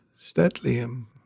Stetlium